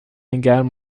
گرم